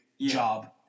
job